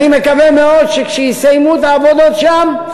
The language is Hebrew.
אני מקווה מאוד שכשיסיימו את העבודות שם,